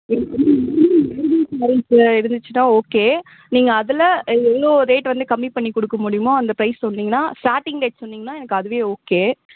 இருந்துச்சுன்னால் ஓகே நீங்கள் அதில் எவ்வளோ ரேட் வந்து கம்மி பண்ணிக்கொடுக்க முடியுமோ அந்த ப்ரைஸ் சொன்னீங்கன்னால் ஸ்டார்டிங் ரேட் சொன்னீங்கன்னால் எனக்கு அதுவே ஓகே